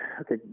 okay